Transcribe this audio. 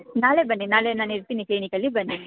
ನಾಳೆ ಬನ್ನಿ ನಾಳೆ ನಾನು ಇರ್ತೀನಿ ಕ್ಲಿನಿಕಲ್ಲಿ ಬನ್ನಿ